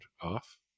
off